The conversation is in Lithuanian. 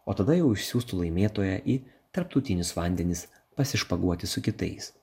o tada jau išsiųstų laimėtoją į tarptautinius vandenis pasišpaguoti su kitais